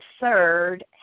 third